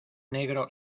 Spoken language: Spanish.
negro